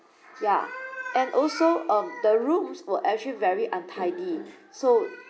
ya and also um the rooms were actually very untidy so